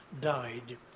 died